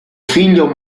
figlio